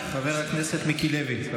זאת הצעת חוק נוראית, נוראית, בעיניי.